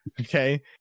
Okay